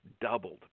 doubled